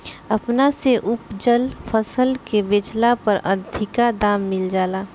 अपना से उपजल फसल के बेचला पर अधिका दाम मिल जाला